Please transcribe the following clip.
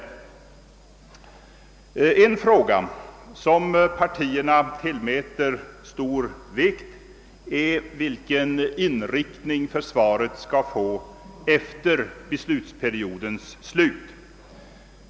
En annan fråga som partierna tillmäter stor vikt är vilken inriktning försvaret skall få efter beslutsperiodens slut.